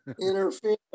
Interfere